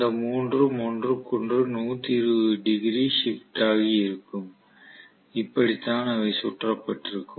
அந்த மூன்றும் ஒன்றுக்கொன்று 120 டிகிரி ஷிப்ட் ஆகி இருக்கும் இப்படித்தான் அவை சுற்றப்பட்டிருக்கும்